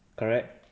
correct